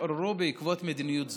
שהתעוררו בעקבות מדיניות זו.